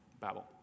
Babel